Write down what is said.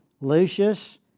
Lucius